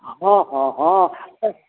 हँ हँ हँ